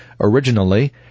Originally